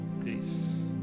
grace